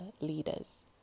leaders